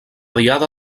diada